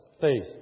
faith